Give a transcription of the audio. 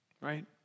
right